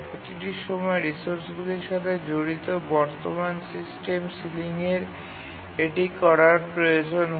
প্রতিটি সময় রিসোর্সগুলির সাথে জড়িত বর্তমান সিস্টেম সিলিংয়ে এটি করার প্রয়োজন হয়